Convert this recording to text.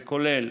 זה כולל: